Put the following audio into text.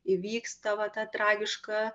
įvyksta va ta tragiška